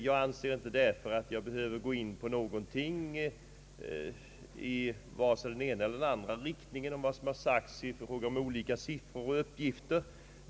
Jag anser därför att jag inte behöver gå in på någonting av vad som sagts i fråga om olika sifferuppgifter.